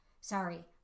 Sorry